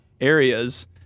areas